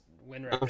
win